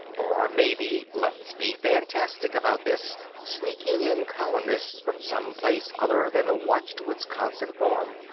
or maybe let's be fantastic about this sneaking in colonists from some place other than the watched wisconsin farm,